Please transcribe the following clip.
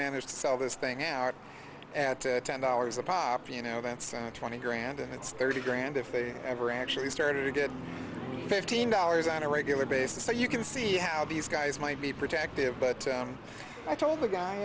managed to sell this thing out at ten dollars a pop you know events and twenty grand and it's thirty grand if they ever actually started to get fifteen dollars on a regular basis so you can see how these guys might be protective but i told the guy